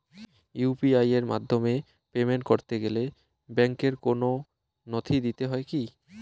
UPI এর মাধ্যমে payment করতে গেলে ব্যাংকের কোন নথি দিতে হয় কি?